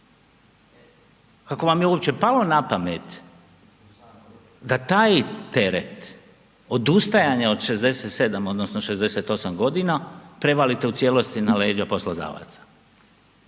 Kako vam je uopće palo napamet da taj teret odustajanja od 67 odnosno 68 godina prevalite u cijelosti na leđa poslodavaca?